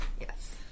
Yes